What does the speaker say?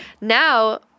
Now